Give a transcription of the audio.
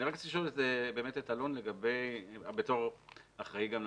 אני רוצה לשאול את אלון, כאחראי לנחלים,